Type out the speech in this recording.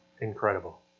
Incredible